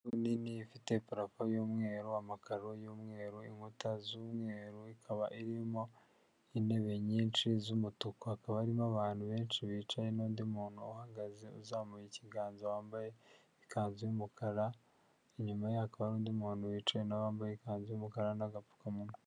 Inzu nini ifite parafo y'umweru amakaro y'umweru inkuta z'umweru ikaba irimo intebe nyinshi z'umutuku hakaba irimo abantu benshi bicaye nundi muntu uhagaze uzamuye ikiganza wambaye ikanzu y'umukara inyuma ye hakaba harundi muntu wicaye nawe wambaye ikanzu yumukara ngapfukamunwa.